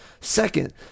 Second